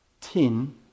tin